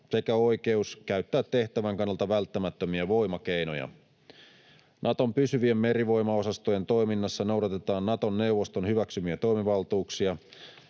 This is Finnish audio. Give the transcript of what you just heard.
sekä oikeus käyttää tehtävän kannalta välttämättömiä voimakeinoja. Naton pysyvien merivoimaosastojen toiminnassa noudatetaan Naton neuvoston hyväksymiä toimivaltuuksia,